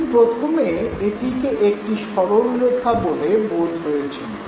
কিন্তু প্রথমে এটিকে একটি সরলরেখা বলে বোধ হয়েছিল